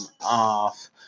off